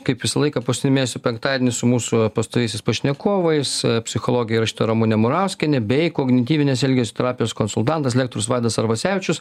kaip visą laiką paskutinį mėnesio penktadienį su mūsų pastoviaisiais pašnekovais psichologė rašytoja ramunė murauskienė bei kognityvinės elgesio trapios konsultantas lektorius vaidas arvasevičius